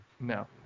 No